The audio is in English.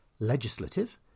Legislative